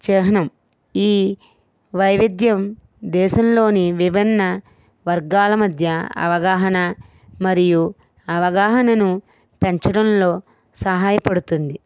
చిహ్నం ఈ వైవిధ్యం దేశంలోని విభిన్న వర్గాల మధ్య అవగాహన మరియు అవగాహనను పెంచడంలో సహాయపడుతుంది